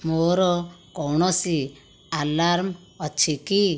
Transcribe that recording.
ମୋର କୌଣସି ଆଲାର୍ମ ଅଛି କି